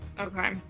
Okay